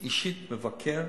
אני אישית מבקר.